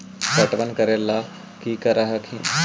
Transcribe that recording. पटबन करे ला की कर हखिन?